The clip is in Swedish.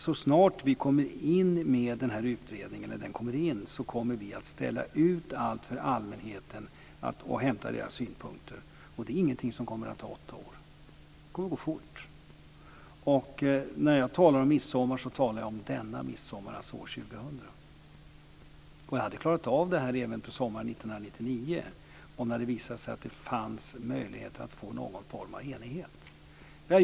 Så snart utredningen läggs fram kommer vi att hämta in allmänhetens synpunkter. Det är ingenting som kommer att ta åtta år. Det kommer att gå fort. Jag talar om denna midsommar, år 2000. Jag hade klarat av detta redan sommaren 1999, om det hade visat sig att det fanns möjligheter att få någon form av enighet.